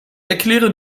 erkläre